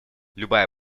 любая